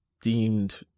deemed